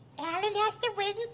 alan has to wait